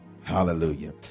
Hallelujah